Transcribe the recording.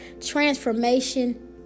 Transformation